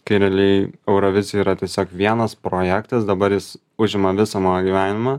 kai realiai eurovizija yra tiesiog vienas projektas dabar jis užima visą mano gyvenimą